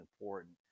important